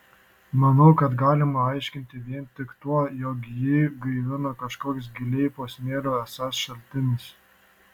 manau kad galima aiškinti vien tik tuo jog jį gaivino kažkoks giliai po smėliu esąs šaltinis